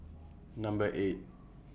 Number eight